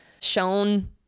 shown